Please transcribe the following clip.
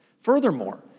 Furthermore